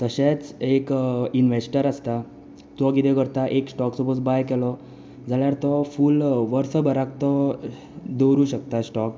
तशेंच एक इनवेस्टर आसता तो कितें करता एक स्टोक सपोज बाय केलो जाल्यार तो फूल वर्सबराक तो दवरूं शकता स्टोक